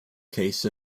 case